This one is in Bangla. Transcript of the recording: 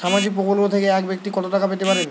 সামাজিক প্রকল্প থেকে এক ব্যাক্তি কত টাকা পেতে পারেন?